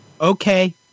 Okay